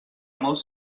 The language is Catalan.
molts